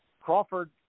Crawford